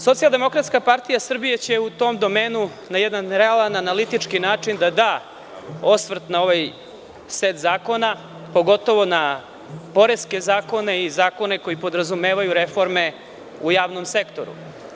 Socijaldemokratska partija Srbije će u tom domenu na jedan realan analitički način da da osvrt na ovaj set zakona pogotovo na poreske zakone i zakone koji podrazumevaju reforme u javnom sektoru.